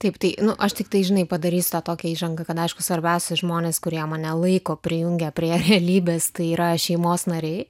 taip tai nu aš tiktai žinai padarysiu tokią įžangą kad aišku svarbiausia žmonės kurie mane laiko prijungę prie realybės tai yra šeimos nariai